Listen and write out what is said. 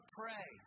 pray